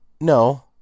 no